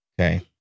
Okay